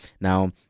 Now